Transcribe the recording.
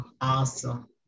Awesome